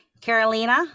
Carolina